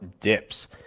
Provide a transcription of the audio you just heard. dips